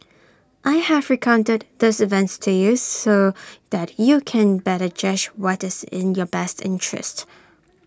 I have recounted these events to you so that you can better judge what is in your best interests